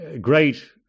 great